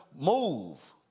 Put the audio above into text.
move